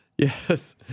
Yes